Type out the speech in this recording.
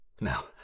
Now